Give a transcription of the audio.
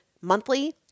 monthly